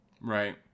right